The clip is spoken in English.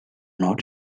not